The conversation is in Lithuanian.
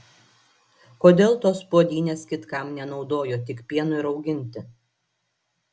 kodėl tos puodynės kitkam nenaudojo tik pienui rauginti